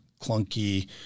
clunky